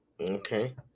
okay